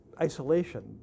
isolation